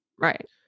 Right